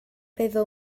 feddwl